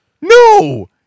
No